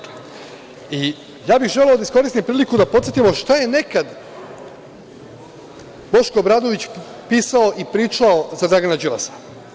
Želeo bih da iskoristim priliku da podsetimo šta je nekada Boško Obradović pisao i pričao za Dragana Đilasa.